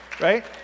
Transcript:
right